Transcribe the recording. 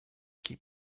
keep